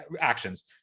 actions